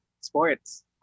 sports